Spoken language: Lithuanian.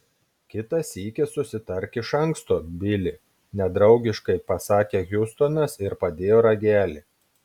kitą sykį susitark iš anksto bili nedraugiškai pasakė hjustonas ir padėjo ragelį